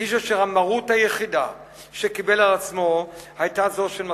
איש אשר המרות היחידה שקיבל על עצמו היתה זו של מצפונו,